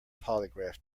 polygraph